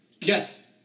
yes